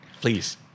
please